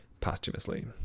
posthumously